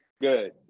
Good